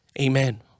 Amen